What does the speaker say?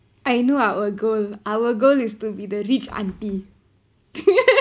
I know our goal our goal is to be the rich auntie